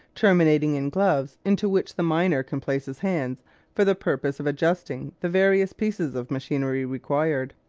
terminating in gloves into which the miner can place his hands for the purpose of adjusting the various pieces of machinery required.